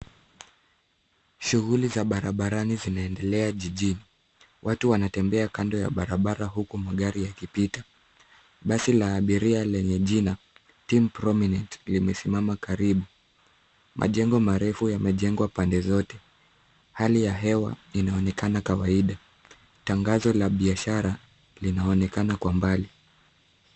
Shughuli za barabarani zinaendelea jijini. Watu wanatembea kando ya barabara huku magari yakipita. Basi la abiria lenye jina, Team Prominent , limesimama karibu. Majengo marefu yamejengwa pande zote. Hali ya hewa inaonekana kawaida. Tangazo la biashara linaonekana kwa mbali.